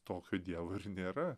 tokio dievo ir nėra